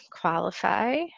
qualify